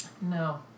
No